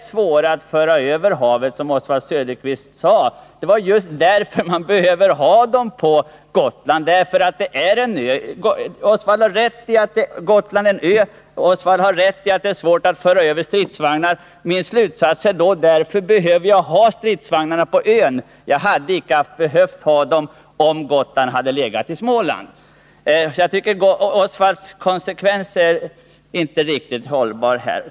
Oswald Söderqvist har rätt i att Gotland är en ö. Oswald Söderqvist har rätt i att det är svårt att föra över stridsvagnar. Min slutsats är då: Därför behöver vi ha stridsvagnar på ön. Det hade vi inte behövt om Gotland legat i Småland. Jag tycker att Oswald Söderqvists slutsats inte riktigt är hållbar.